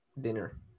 dinner